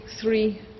three